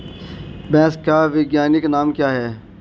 भैंस का वैज्ञानिक नाम क्या है?